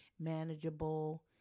manageable